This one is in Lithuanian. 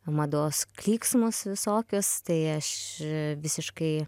mados klyksmus visokius tai aš visiškai